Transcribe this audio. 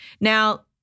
Now